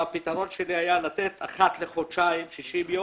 הפתרון שלי היה לתת אחת לחודשיים, 60 יום,